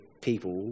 people